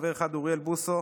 חבר אחד: אוריאל בוסו,